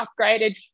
upgraded